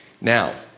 Now